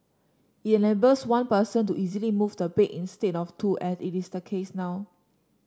it enables one person to easily move the bed instead of two as it is the case now